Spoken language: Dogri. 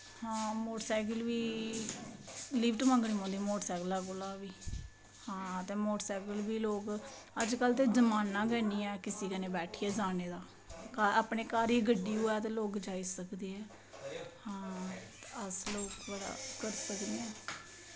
हां मोटर सैकल बी लिफ्ट मंगनी पौंदी मोटर सैकलै कोला बी हां ते मोटर सैकल बी लोग अजकल ते जमाना गै नी ऐ किसे कन्नै बैठियै जाने दा अपनै घर दी गड्डी होऐ ते लोग जाई सकदे ऐ हां अस लोग बड़ा करी सकने आं